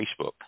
Facebook